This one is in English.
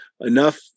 enough